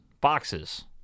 boxes